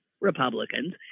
Republicans